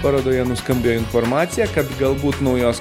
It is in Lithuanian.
parodoje nuskambėjo informacija kad galbūt naujos